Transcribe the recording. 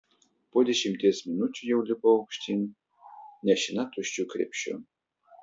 po dešimties minučių jau lipau aukštyn nešina tuščiu krepšiu